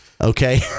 okay